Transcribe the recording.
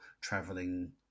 traveling